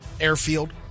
Airfield